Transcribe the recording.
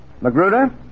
Magruder